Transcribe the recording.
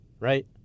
Right